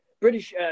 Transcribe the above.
British